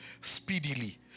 speedily